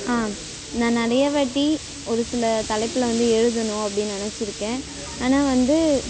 நான் நிறைய வாட்டி ஒரு சில தலைப்பில் வந்து எழுதணும் அப்படின்னு நினச்சிருக்கேன் ஆனால் வந்து